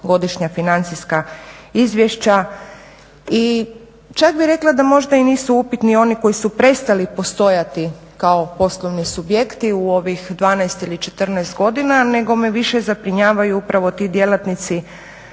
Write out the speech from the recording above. godišnja financijska izvješća i čak bih rekla da možda i nisu upitni oni koji su prestali postojati kao poslovni subjekti u ovih 12 ili 14 godina, nego me više zabrinjavaju upravo ti djelatnici